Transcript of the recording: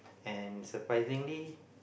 and surprisingly